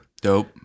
Dope